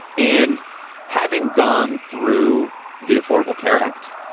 and having gone through the affordable care act,